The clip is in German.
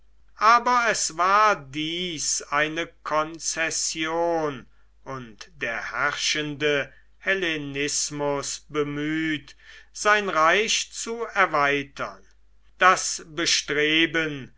aber es war dies eine konzession und der herrschende hellenismus bemüht sein reich zu erweitern das bestreben